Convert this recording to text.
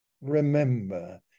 Remember